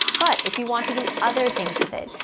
but if you want to do other things with it,